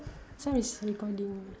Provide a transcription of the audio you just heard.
some is recording